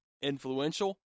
influential